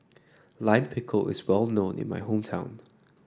Lime Pickle is well known in my hometown